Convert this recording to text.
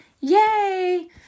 Yay